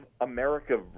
America